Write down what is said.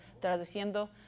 traduciendo